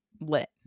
lit